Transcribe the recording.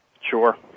Sure